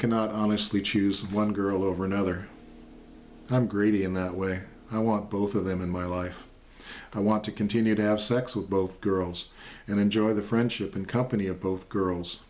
cannot honestly choose one girl over another i'm greedy in that way i want both of them in my life i want to continue to have sex with both girls and enjoy the friendship and company of both girls